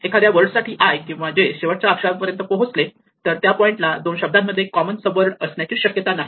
एखाद्या वर्ड साठी i किंवा j शेवटच्या अक्षरा पर्यंत पोहोचले तर त्या पॉइंटला दोन शब्दांमध्ये कॉमन सब वर्ड असण्याची शक्यता नाही